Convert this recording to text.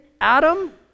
Adam